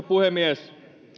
puhemies